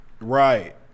Right